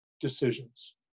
decisions